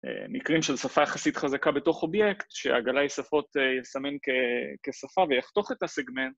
מקרים של שפה יחסית חזקה בתוך אובייקט, שהגלאי שפות יסמן כשפה ויחתוך את הסגמנט.